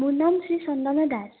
মোৰ নাম শ্ৰী চন্দনা দাস